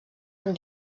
amb